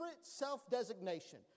self-designation